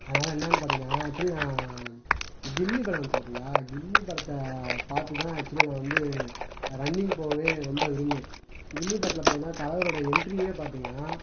அதனால் என்னென்னு பார்த்தீங்கன்னா ஆக்சுவலி நான் கில்லி படம் வந்துச்சு பாத்தீங்களா கில்லி படத்தை பார்த்து தான் ஆக்சுவலி நான் வந்து ரன்னிங் போகவே ரொம்ப விரும்பினேன் கில்லி படத்தில் பார்த்தீங்கன்னா தலைவரோடய என்ட்ரியே பார்த்தீங்கன்னா